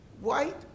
White